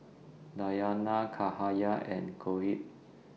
Dayana Cahaya and Shoaib